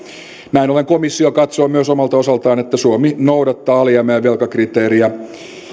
näin ollen komissio katsoo myös omalta osaltaan että suomi noudattaa alijäämä ja velkakriteeriä